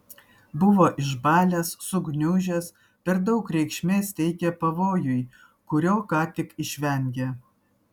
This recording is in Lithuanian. buvo išbalęs sugniužęs per daug reikšmės teikė pavojui kurio ką tik išvengė